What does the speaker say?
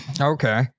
Okay